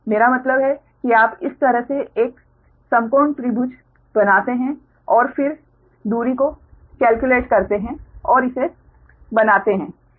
मेरा मतलब है कि आप इस तरह से एक समकोण त्रिभुज बनाते हैं और फिर दूरी को केल्क्युलेट करते हैं और इसे बनाते हैं